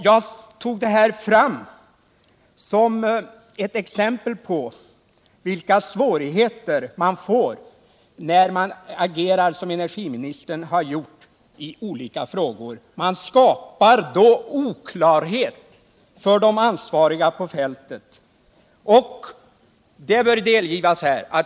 Jag tog fram det för att belysa vilka svårigheter som uppstår när man agerar som energiministern har gjort i olika frågor. Man skapar oklarhet för de ansvariga på fältet.